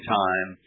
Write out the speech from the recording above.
time